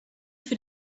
für